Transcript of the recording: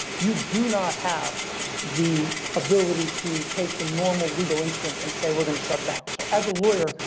you do not have the ability to take the normal legal instinct and say we're going to shut down. so as a lawyer,